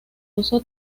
uso